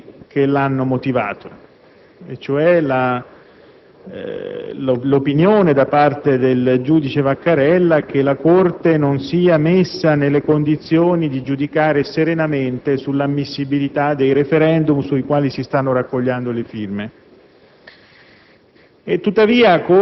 questo caso per le ragioni che lo hanno motivato, cioè la convinzione del giudice Vaccarella che la Corte non sia nelle condizioni di giudicare serenamente dell'ammissibilità del *referendum* sul quale si stanno raccogliendo